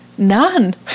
None